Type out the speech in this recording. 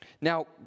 Now